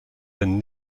and